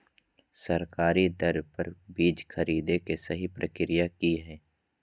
सरकारी दर पर बीज खरीदें के सही प्रक्रिया की हय?